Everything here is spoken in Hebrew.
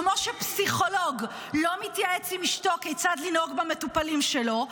כמו שפסיכולוג לא מתייעץ עם אשתו כיצד לנהוג במטופלים שלו,